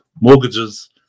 mortgages